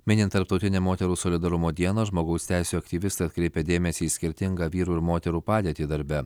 minint tarptautinę moterų solidarumo dieną žmogaus teisių aktyvistai atkreipia dėmesį į skirtingą vyrų ir moterų padėtį darbe